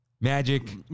Magic